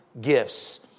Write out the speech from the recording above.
gifts